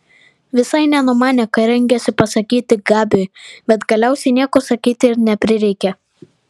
visai nenumanė ką rengiasi pasakyti gabiui bet galiausiai nieko sakyti ir neprireikė